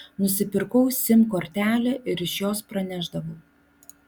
nusipirkau sim kortelę ir iš jos pranešdavau